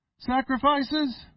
Sacrifices